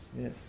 Yes